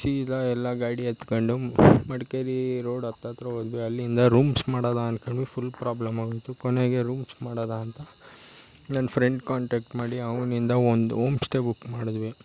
ಸೀದಾ ಎಲ್ಲ ಗಾಡಿ ಹತ್ಕೊಂಡು ಮಡಿಕೇರಿ ರೋಡ್ ಹತ್ರತ್ರ ಹೋದ್ವಿ ಅಲ್ಲಿಂದ ರೂಮ್ಸ್ ಮಾಡೋದು ಅದ್ಕೊಂಡು ಫುಲ್ ಪ್ರಾಬ್ಲಮಾಗೋಯ್ತು ಕೊನೆಗೆ ರೂಮ್ಸ್ ಮಾಡೋದ ಅಂತ ನನ್ನ ಫ್ರೆಂಡ್ ಕಾಂಟಾಕ್ಟ್ ಮಾಡಿ ಅವನಿಂದ ಒಂದು ಓಮ್ ಸ್ಟೇ ಬುಕ್ ಮಾಡಿದ್ವಿ